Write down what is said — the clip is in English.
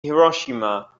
hiroshima